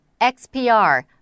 XPR